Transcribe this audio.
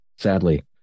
sadly